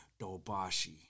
Dobashi